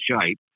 shape